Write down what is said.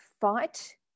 fight